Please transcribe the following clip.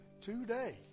today